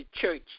church